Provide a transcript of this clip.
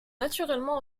naturellement